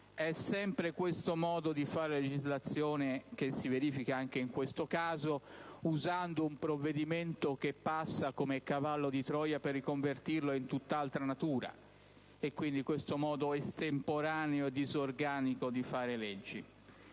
riguarda il modo di fare legislazione che si verifica anche in questo caso, usando un provvedimento che passa come cavallo di Troia per riconvertirlo in uno di tutt'altra natura, e quindi questo modo estemporaneo e disorganico di fare leggi.